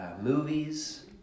movies